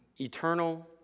eternal